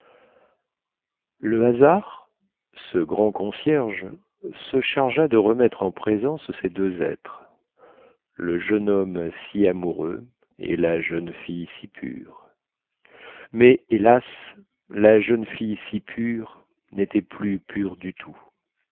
le hasard ce grand concierge se chargea de remettre en présence ces deux êtres le jeune homme si amoureux et la jeune fille si pure mais hélas la jeune fille si pure nétait plus pure du tout